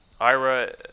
Ira